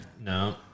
no